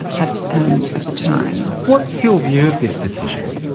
at um at the time. what's your view of this decision?